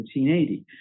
1780